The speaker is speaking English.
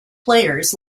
players